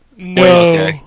No